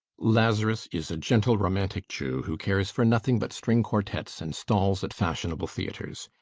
lazarus is a gentle romantic jew who cares for nothing but string quartets and stalls at fashionable theatres.